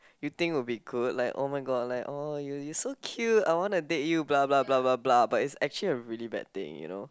you think would be good like oh-my-god like orh you you're so cute I want to date you blah blah blah blah blah but it's actually a really bad thing you know